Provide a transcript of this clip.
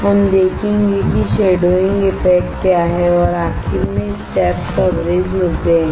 हम देखेंगे कि शैडोइंग इफ़ेक्ट क्या है और आखिर में स्टेप कवरेज़ मुद्दा हैं